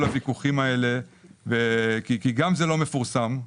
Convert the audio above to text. הוויכוחים האלה כי גם זה לא מפורסם.